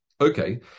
Okay